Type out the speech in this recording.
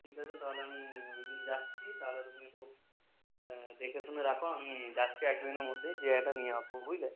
ঠিক আছে তাহলে আমি ওই দিন যাচ্ছি তাহলে তুমি একটু দেখেশুনে রাখো আমি যাচ্ছি এক দু দিনের মধ্যেই যেয়ে একটা নিয়ে আসবো বুঝলে